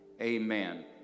Amen